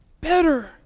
better